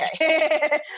okay